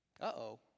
Uh-oh